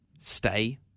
stay